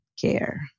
care